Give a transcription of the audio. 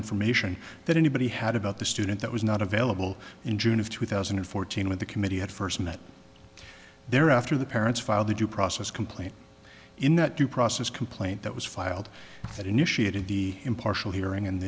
information that anybody had about the student that was not available in june of two thousand and fourteen when the committee had first met their after the parents filed the due process complaint in that due process complaint that was filed that initiated the impartial hearing